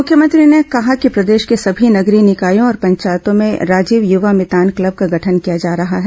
मुख्यमंत्री ने कहा कि प्रदेश के सभी नगरीय निकायों और पंचायतों में राजीव युवा मितान क्लब का गठन किया जा रहा है